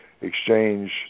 exchange